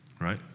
right